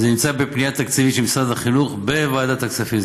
וזה נמצא בפנייה תקציבית של משרד החינוך בוועדת הכספים.